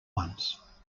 once